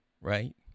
Right